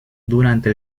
durante